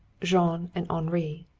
jean and henri.